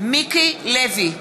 מיקי לוי,